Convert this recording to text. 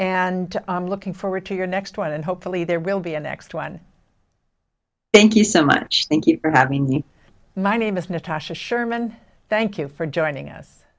and i'm looking forward to your next one and hopefully there will be a next one thank you so much thank you for having you my name is natasha sherman thank you for joining us